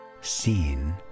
seen